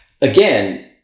again